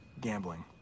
gambling